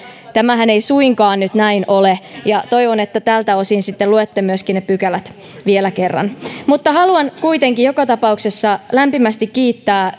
tämähän ei suinkaan nyt näin ole ja toivon että tältä osin sitten luette myöskin ne pykälät vielä kerran mutta haluan kuitenkin joka tapauksessa lämpimästi kiittää